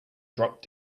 drop